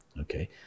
okay